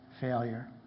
failure